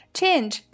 Change